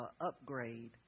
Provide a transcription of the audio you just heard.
upgrade